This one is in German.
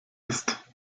ist